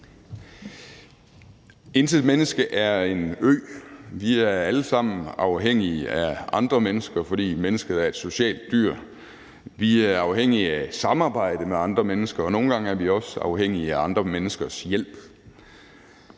Intet menneske er en ø. Vi er alle sammen afhængige af andre mennesker, fordi mennesket er et socialt dyr. Vi er afhængige af at samarbejde med andre mennesker, og nogle gange er vi også afhængige af andre menneskers hjælp.